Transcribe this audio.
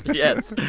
but yes.